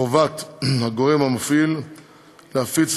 לתקנון הכנסת,